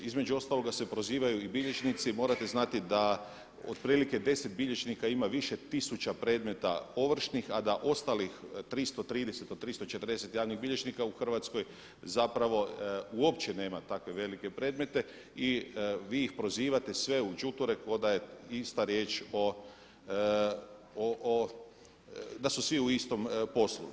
Između ostaloga se prozivaju i bilježnici, morate znati da otprilike deset bilježnika ima više tisuća predmeta ovršnih, a da ostalih 330 od 340 javnih bilježnika u Hrvatskoj zapravo uopće nema takve velike predmete i vi ih prozivate sve udžuture ko da je ista riječ o da su svi u istom poslu.